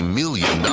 million